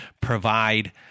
provide